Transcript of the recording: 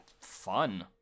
fun